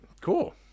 Cool